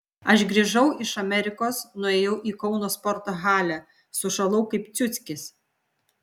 aš grįžau iš amerikos nuėjau į kauno sporto halę sušalau kaip ciuckis